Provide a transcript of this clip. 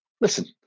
Listen